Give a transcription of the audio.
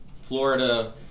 Florida